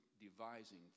devising